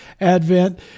Advent